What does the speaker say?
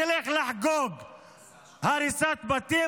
אל תלך לחגוג הריסת בתים,